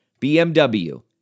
BMW